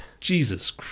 Jesus